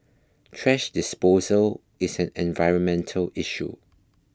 thrash disposal is an environmental issue